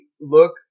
look